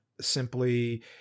simply